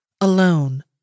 alone